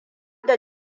da